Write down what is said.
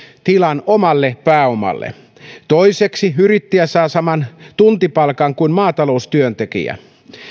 tilan omalle pääomalle ja toiseksi jos yrittäjä saa saman tuntipalkan kuin maataloustyöntekijä